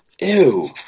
Ew